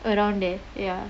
around there ya